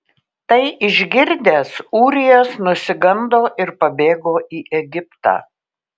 tai išgirdęs ūrijas nusigando ir pabėgo į egiptą